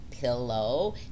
pillow